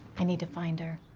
i need to find her,